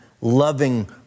loving